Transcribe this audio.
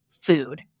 food